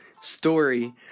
story